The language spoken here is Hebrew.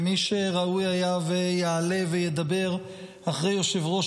מי שראוי היה שיעלה וידבר אחרי יושב-ראש